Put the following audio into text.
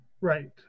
Right